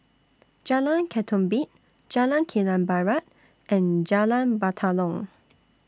Jalan Ketumbit Jalan Kilang Barat and Jalan Batalong